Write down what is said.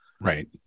Right